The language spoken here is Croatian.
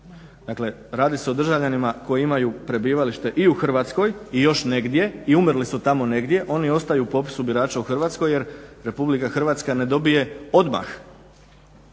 Dakle, radi se o državljanima koji imaju prebivalište i u Hrvatskoj i još negdje i umrli su tamo negdje, oni ostaju u popisu birača u Hrvatskoj jer RH ne dobije odmah